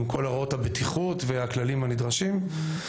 עם כל הוראות הבטיחות והכללים הנדרשים.